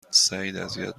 سعیداذیت